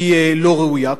היא לא ראויה.